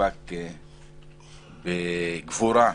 שנאבק בגבורה.